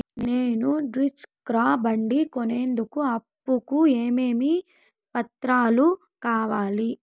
నేను ద్విచక్ర బండి కొనేందుకు అప్పు కు ఏమేమి పత్రాలు కావాలి?